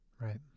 Right